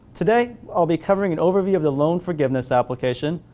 today i'll be covering an overview of the loan forgiveness application,